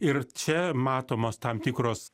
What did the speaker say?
ir čia matomos tam tikros